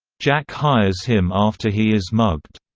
jack hires him after he is mugged.